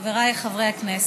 חבריי חברי הכנסת,